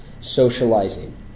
socializing